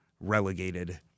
relegated